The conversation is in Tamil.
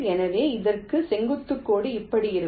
எனவே இதற்காக செங்குத்து கோடு இப்படி இருக்கும்